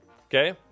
Okay